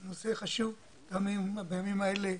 נושא חשוב בימים אלה.